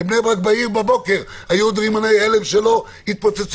בבני ברק בבוקר היו עוד רימוני הלם שלא התפוצצו